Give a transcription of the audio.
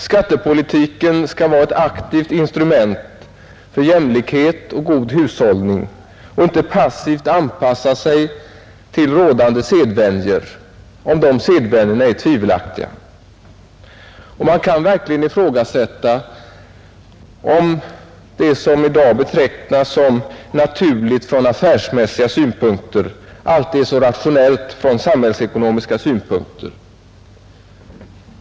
Skattepolitiken skall vara ett aktivt instrument för jämlikhet och god hushållning och inte passivt anpassa sig till rådande sedvänjor, om dessa är tvivelaktiga. Man kan verkligen ifrågasätta om det som i dag betecknas som naturligt från affärsmässiga synpunkter alltid är så rationellt från samhällsekonomiska synpunkter.